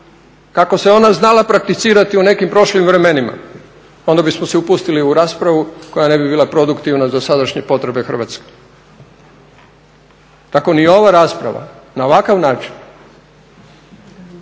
kako se ona znala prakticirati u nekim prošlim vremenima onda bismo se upustili u raspravu koja ne bi bila produktivna za sadašnje potrebe Hrvatske, tako ni ova rasprava na ovakav način